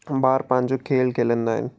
ॿार पंहिंजो खेल खेलंदा आहिनि